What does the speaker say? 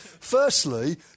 Firstly